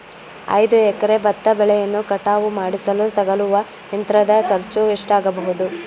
ಐದು ಎಕರೆ ಭತ್ತ ಬೆಳೆಯನ್ನು ಕಟಾವು ಮಾಡಿಸಲು ತಗಲುವ ಯಂತ್ರದ ಖರ್ಚು ಎಷ್ಟಾಗಬಹುದು?